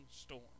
storm